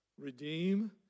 redeem